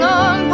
on